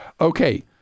Okay